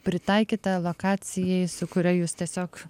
pritaikyta lokacijai su kuria jūs tiesiog